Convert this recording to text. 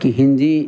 कि हिन्दी